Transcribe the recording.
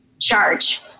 charge